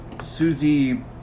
Susie